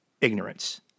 Ignorance